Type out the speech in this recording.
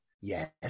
Yes